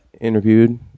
interviewed